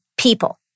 people